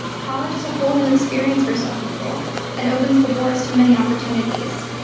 college is a whole new experience for some people and opens the doors to many opportunities.